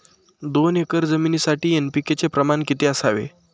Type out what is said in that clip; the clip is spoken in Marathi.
दोन एकर जमीनीसाठी एन.पी.के चे प्रमाण किती असावे?